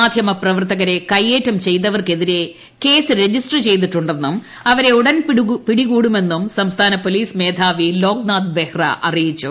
മാധ്യമപ്രവർത്തകരെ കൈയ്യേറ്റം ചെയ്തവർക്കെതിരെ കേസ് ്രജിസ്റ്റർ ചെയ്തിട്ടു ന്നും അവരെ ഉടൻ പിടികൂടുമെന്നും സംസ്ഥാന പോലീസ് മേധാവി ലോക്നാഥ് ബെഹറ അറിയ്യിച്ചു